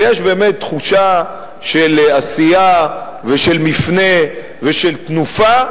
ויש באמת תחושה של עשייה ושל מפנה ושל תנופה,